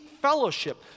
fellowship